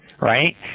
right